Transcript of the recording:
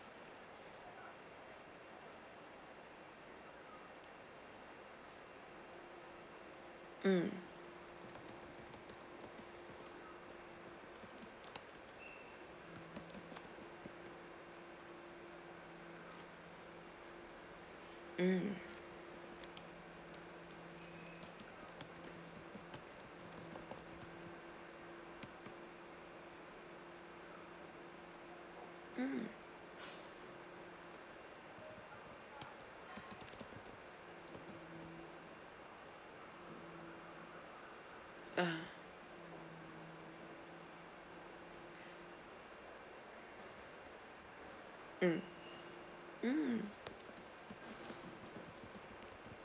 mm mm (uh huh) mm mm